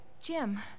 Jim